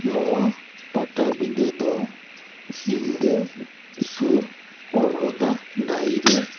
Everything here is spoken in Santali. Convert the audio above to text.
ᱱᱚᱣᱟ ᱯᱟᱴᱟᱵᱤᱫᱟᱹ ᱫᱚ ᱥᱤᱞᱫᱟᱹ ᱥᱩᱨ ᱚᱲᱜᱚᱫᱟ ᱰᱟᱺᱦᱤ ᱨᱮ